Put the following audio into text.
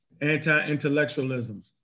anti-intellectualism